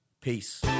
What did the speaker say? Peace